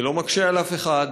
זה לא מקשה על אף אחד,